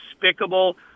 despicable